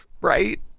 Right